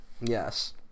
yes